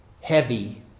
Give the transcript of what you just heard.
heavy